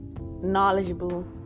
knowledgeable